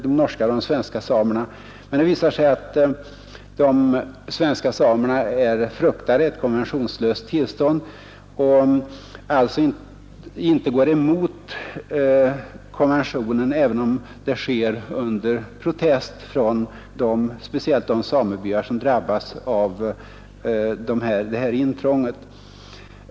Men nu visar det sig att de svenska samerna fruktar ett konventionslöst tillstånd och alltså går med på konventionen, även om det sker under protest från speciellt de samebyar som drabbas av det här intrånget.